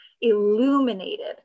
illuminated